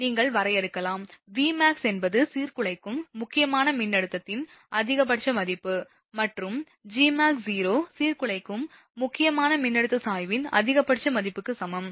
நீங்கள் வரையறுக்கலாம் Vmax என்பது சீர்குலைக்கும் முக்கியமான மின்னழுத்தத்தின் அதிகபட்ச மதிப்பு மற்றும் Gmaxo சீர்குலைக்கும் முக்கியமான மின்னழுத்த சாய்வின் அதிகபட்ச மதிப்புக்கு சமம்